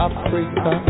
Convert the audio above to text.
Africa